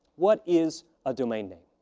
what is a domain name?